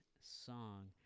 song